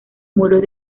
muros